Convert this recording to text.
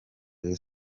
rayon